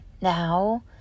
now